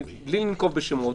בלי לנקוב בשמות,